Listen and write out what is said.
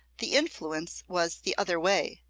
the influence was the other way,